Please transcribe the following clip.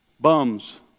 Bums